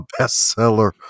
bestseller